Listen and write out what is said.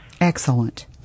Excellent